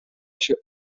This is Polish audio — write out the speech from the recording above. się